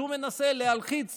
אז הוא מנסה להלחיץ